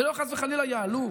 ולא חס וחלילה יעלו.